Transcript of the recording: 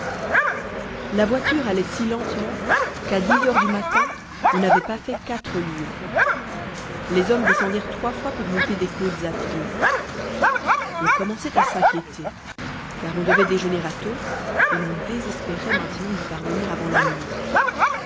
la voiture allait si lentement qu'à dix heures du matin on n'avait pas fait quatre lieues les hommes descendirent trois fois pour monter des côtes à pied on commençait à s'inquiéter car on devait déjeuner à tôtes et l'on désespérait maintenant d'y parvenir avant la nuit